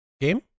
game